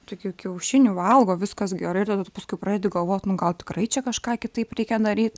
taigi kiaušinį valgo viskas gerai ir tada tu paskui pradedi galvot nu gal tikrai čia kažką kitaip reikia daryt